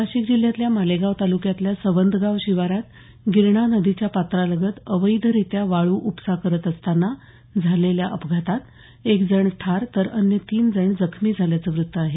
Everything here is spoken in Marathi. नाशिक जिल्ह्यातल्या मालेगाव तालुक्यातल्या ंवदगाव शिवारात गिरणा नदीच्या पात्रालगत अवैधरीत्या वाळू उपसा करत असताना झालेल्या अपघातात एक जण ठार तर अन्य तीन जण जखमी झाल्याचं वृत्त आहे